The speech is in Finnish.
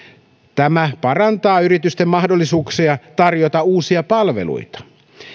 tämä parantaa yritysten mahdollisuuksia tarjota uusia palveluita